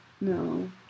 No